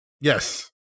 Yes